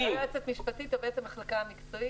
היא בעצם מהמחלקה המקצועית.